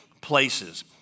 places